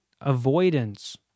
avoidance